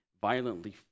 violently